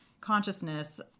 consciousness